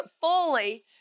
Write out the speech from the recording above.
fully